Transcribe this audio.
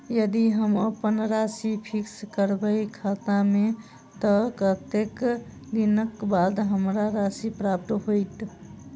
यदि हम अप्पन राशि फिक्स करबै खाता मे तऽ कत्तेक दिनक बाद हमरा राशि प्राप्त होइत?